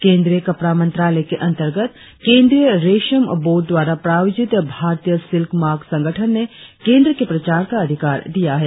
केंद्रीय कपड़ा मंत्रालय के अंतर्गत केंद्रीय रेशम बोर्ड द्वारा प्रायोजित भारतीय सिल्क मार्क संगठन ने केंद्र के प्रचार का अधिकार दिया है